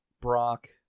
Brock